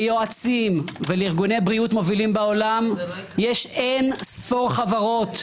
יועצים וארגוני בריאות מובילים בעולם יש אין ספור חברות,